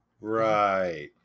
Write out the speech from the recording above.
Right